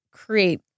Create